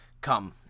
Come